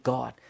God